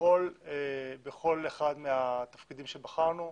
בכל אחד מהתפקידים שבחרנו,